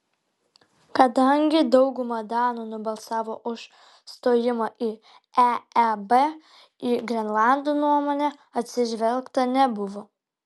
kadangi dauguma danų nubalsavo už stojimą į eeb į grenlandų nuomonę atsižvelgta nebuvo